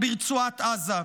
ברצועת עזה.